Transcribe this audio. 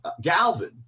Galvin